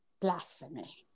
Blasphemy